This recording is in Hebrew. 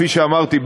כפי שאמרתי,